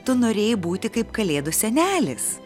tu norėjai būti kaip kalėdų senelis